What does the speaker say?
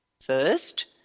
first